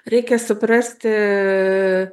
reikia suprasti